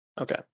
Okay